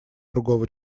другого